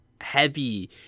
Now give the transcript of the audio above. heavy